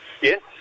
yes